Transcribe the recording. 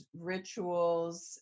rituals